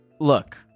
look